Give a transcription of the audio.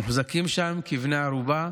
מוחזקים שם כבני ערובה,